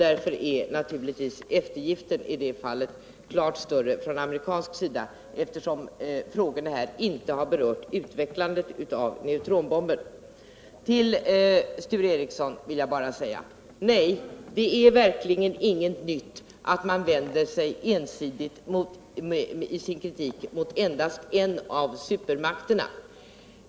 Därför är naturligtvis eftergiften i detta fall klart större från amerikansk sida, eftersom frågorna här inte har berört utvecklandet av neutronbomben. Til Sture Ericson vill jag bara säga: Nej, det är verkligen ingenting nytt att man i sin kritik vänder sig ensidigt mot er av supermakterna.